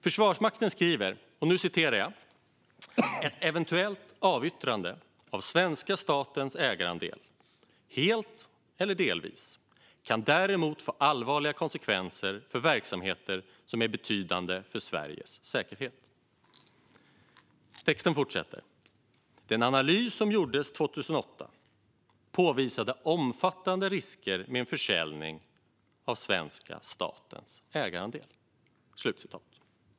Försvarsmakten skriver: "Ett eventuellt avyttrande av svenska statens ägarandel, helt eller delvis, kan däremot få allvarliga konsekvenser för verksamheter som är betydande för Sveriges säkerhet . Den analys som gjordes 2008 påvisade omfattande risker med en försäljning av svenska statens ägarandel."